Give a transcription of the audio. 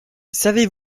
savez